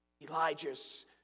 Elijah's